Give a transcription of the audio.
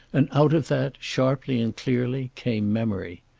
and out of that, sharply and clearly, came memory.